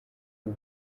ubu